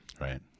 right